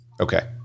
Okay